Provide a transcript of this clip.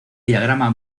diagrama